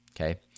okay